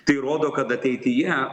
tai rodo kad ateityje